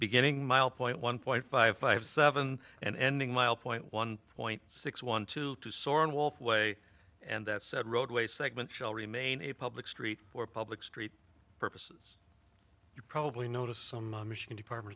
beginning mile point one point five five seven and ending mile point one point six one two to soarin wolf way and that said roadway segment shall remain a public street or public street purposes you probably notice some michigan department